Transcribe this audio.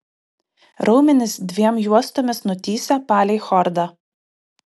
raumenys dviem juostomis nutįsę palei chordą